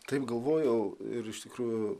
taip galvojau ir iš tikrųjų